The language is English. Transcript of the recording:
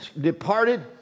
departed